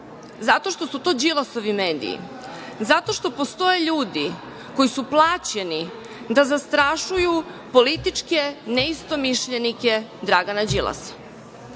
Zato što su to Đilasovi mediji. Zato što postoje ljudi koji su plaćeni da zastrašuju političke neistomišljenike Dragana Đilasa. Sve